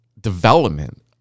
development